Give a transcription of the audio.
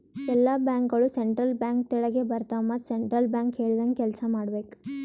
ಎಲ್ಲಾ ಬ್ಯಾಂಕ್ಗೋಳು central bank ತೆಳಗೆ ಬರ್ತಾವ ಮತ್ ಸೆಂಟ್ರಲ್ ಬ್ಯಾಂಕ್ ಹೇಳ್ದಂಗೆ ಕೆಲ್ಸಾ ಮಾಡ್ಬೇಕ್